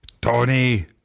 Tony